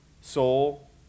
soul